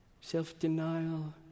Self-denial